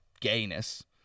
gayness